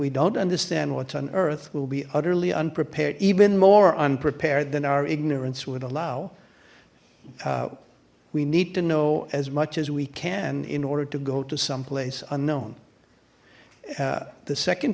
we don't understand what on earth will be utterly unprepared even more unprepared than our ignorance would allow we need to know as much as we can in order to go to someplace unknown the second